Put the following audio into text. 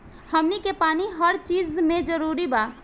हमनी के पानी हर चिज मे जरूरी बा